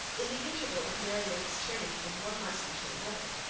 in the interval of marianne's turning from one lesson to another,